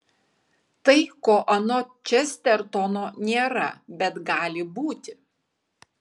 tai ko anot čestertono nėra bet gali būti